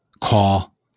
Call